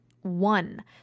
one